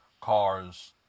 cars